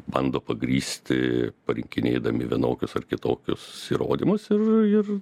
bando pagrįsti parinkinėdami vienokius ar kitokius įrodymus ir ir